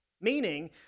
meaning